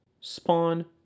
spawn